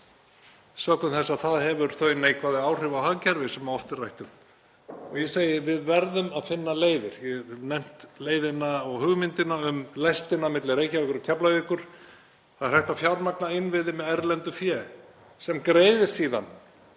sökum þess að það hefur þau neikvæðu áhrif á hagkerfið sem oft er rætt um. Ég segi: Við verðum að finna leiðir. Ég hef nefnt leiðina og hugmyndina um lestina milli Reykjavíkur og Keflavíkur. Það er hægt að fjármagna innviði með erlendu fé sem greiðir síðan